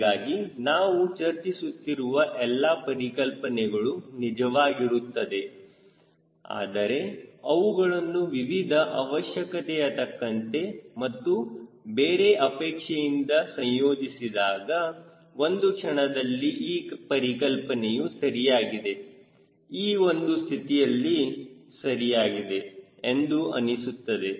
ಹೀಗಾಗಿ ನಾವು ಚರ್ಚಿಸುತ್ತಿರುವ ಎಲ್ಲಾ ಪರಿಕಲ್ಪನೆಗಳು ನಿಜವಾಗಿರುತ್ತದೆ ಆದರೆ ಅವುಗಳನ್ನು ವಿವಿಧ ಅವಶ್ಯಕತೆಯತಕ್ಕಂತೆ ಮತ್ತು ಬೇರೆ ಅಪೇಕ್ಷೆಯಿಂದ ಸಂಯೋಜಿಸಿದಾಗ ಒಂದು ಕ್ಷಣದಲ್ಲಿ ಈ ಪರಿಕಲ್ಪನೆಯು ಸರಿಯಾಗಿದೆ ಈ ಒಂದು ಸ್ಥಿತಿಯಲ್ಲಿ ಸರಿಯಾಗಿದೆ ಎಂದು ಅನಿಸುತ್ತದೆ